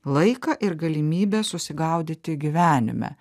laiką ir galimybę susigaudyti gyvenime